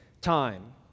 time